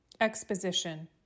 Exposition